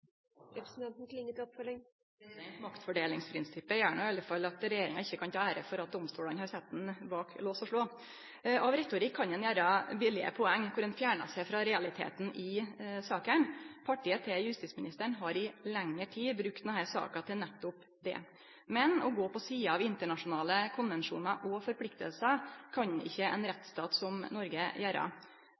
Maktfordelingsprinsippet gjer i alle fall at regjeringa ikkje kan ta æra for at domstolane har sett han bak lås og slå. Av retorikk kan ein gjere billege poeng kor ein fjernar seg frå realiteten i sakene. Partiet til justis- og beredskapsministeren har i lengre tid brukt denne saka til nettopp det. Men å gå på sida av internasjonale konvensjonar og forpliktingar kan ikkje ein rettsstat som Noreg